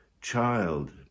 child